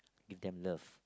give them love